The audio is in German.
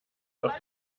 auf